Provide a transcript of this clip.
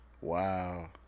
Wow